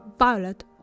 Violet